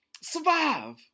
Survive